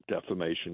defamation